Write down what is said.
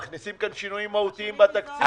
מכניסים כאן שינויים מהותיים במקציב, בחוק.